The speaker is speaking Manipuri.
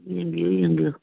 ꯌꯦꯡꯕꯤꯌꯨ ꯌꯦꯡꯕꯤꯌꯨ